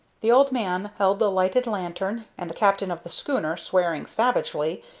the old man held the lighted lantern, and the captain of the schooner, swearing savagely,